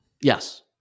Yes